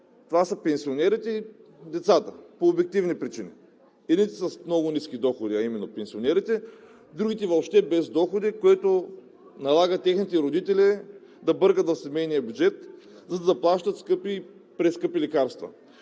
Това са пенсионерите и децата по обективни причини. Едните са с много ниски доходи, а именно пенсионерите, другите въобще без доходи, което налага техните родители да бъркат в семейния бюджет, за да плащат скъпи и прескъпи лекарства.